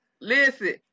Listen